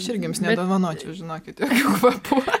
aš irgi jums nedovanočiau žinokit jokių kvapų